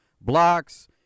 Blocks